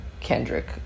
Kendrick